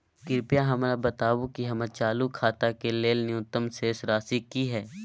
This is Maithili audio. कृपया हमरा बताबू कि हमर चालू खाता के लेल न्यूनतम शेष राशि की हय